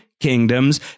Kingdoms